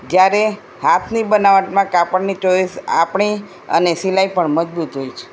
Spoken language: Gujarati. જ્યારે હાથની બનાવટમાં કાપડની ચોઈસ આપણી અને સિલાઈ પણ મજબૂત હોય છે